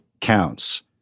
counts